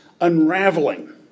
unraveling